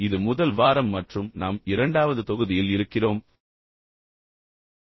இது முதல் வாரம் மற்றும் நாம் இரண்டாவது தொகுதியில் இருக்கிறோம் நாம் இப்போதுதான் தொடங்கியுள்ளோம்